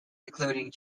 including